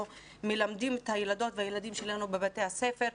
מלמדים את הילדות והילדים שלנו בבתי הספר,